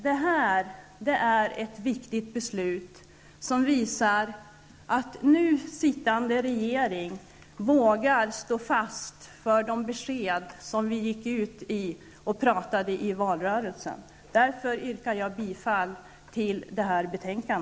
Detta är ett viktigt beslut, som visar att nu sittande regering vågar stå fast vid de besked som vi gick ut med i valrörelsen. Därför yrkar jag bifall till utskottets hemställan.